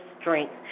strength